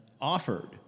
offered